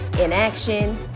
inaction